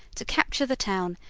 to capture the town,